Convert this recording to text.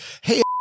hey